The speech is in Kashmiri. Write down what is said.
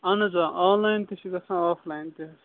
اَہَن حظ آ آنلایِن تہِ چھِ گژھان آف لایِن تہِ حظ